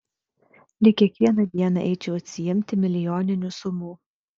lyg kiekvieną dieną eičiau atsiimti milijoninių sumų